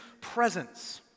presence